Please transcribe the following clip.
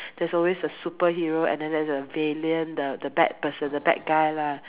there's always a superhero and then there's also a villain the bad person the bad guy lah